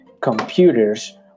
Computers